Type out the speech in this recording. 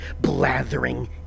blathering